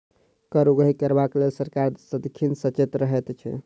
कर उगाही करबाक लेल सरकार सदिखन सचेत रहैत छै